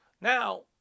Now